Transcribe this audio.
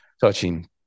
touching